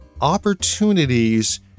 opportunities